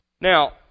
Now